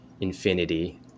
Infinity